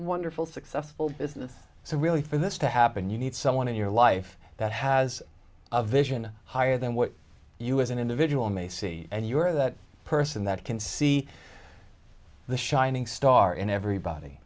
wonderful successful business so really for this to happen you need someone in your life that has a vision higher than what you as an individual may see and you're that person that can see the shining star in everybody